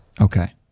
okay